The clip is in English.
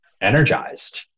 energized